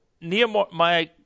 Nehemiah